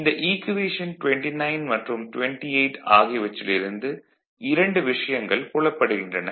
இந்த ஈக்குவேஷன் 29 மற்றும் 28 ஆகியவற்றில் இருந்து இரண்டு விஷயங்கள் புலப்படுகின்றன